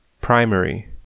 primary